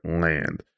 land